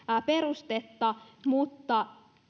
perustetta mutta